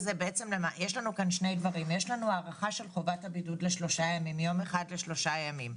יש לנו כאן שני דברים: יש הארכה של חובת הבידוד מיום אחד לשלושה ימים.